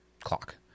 clock